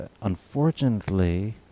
unfortunately